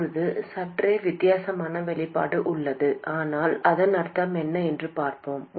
இப்போது சற்றே வித்தியாசமான வெளிப்பாடு உள்ளது ஆனால் அதன் அர்த்தம் என்ன என்று பார்ப்போம்